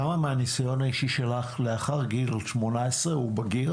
כמה מהניסיון האישי שלך, לאחר גיל 18 הוא בגיר